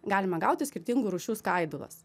galime gauti skirtingų rūšių skaidulas